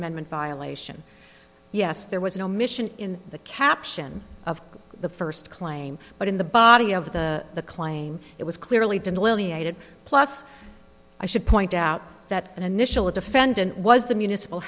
amendment violation yes there was an omission in the caption of the first claim but in the body of the the claim it was clearly delineated plus i should point out that an initial a defendant was the municipal